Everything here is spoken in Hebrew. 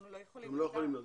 אנחנו לא יכולים לדעת.